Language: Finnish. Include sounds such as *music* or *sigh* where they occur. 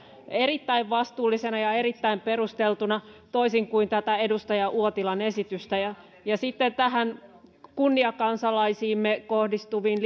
erittäin vastuullisena ja erittäin perusteltuna toisin kuin tätä edustaja uotilan esitystä sitten kunniakansalaisiimme kohdistuviin *unintelligible*